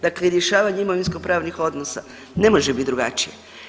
Dakle, rješavanje imovinskopravnih odnosa, ne može biti drugačije.